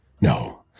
No